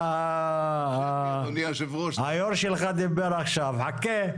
היו"ר שלך דיבר עכשיו, חכה.